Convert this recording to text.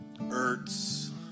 hurts